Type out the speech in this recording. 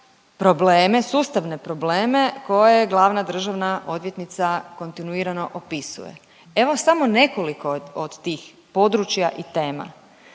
probleme, sustavne probleme koje glavna državna odvjetnica kontinuirano opisuje. Evo samo nekoliko od tih područja i tema.